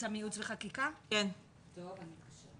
והפעם אני יושבת